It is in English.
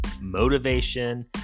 motivation